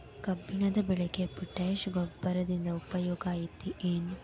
ಕಬ್ಬಿನ ಬೆಳೆಗೆ ಪೋಟ್ಯಾಶ ಗೊಬ್ಬರದಿಂದ ಉಪಯೋಗ ಐತಿ ಏನ್?